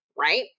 right